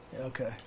Okay